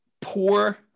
Poor